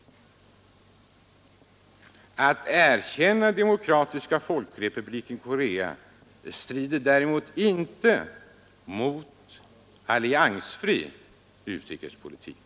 Nr 132 Att erkänna Demokratiska folkrepubliken Korea strider däremot inte Onsdagen den mot alliansfri utrikespolitik.